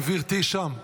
גברתי שם,